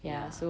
ya